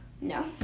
No